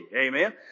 Amen